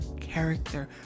character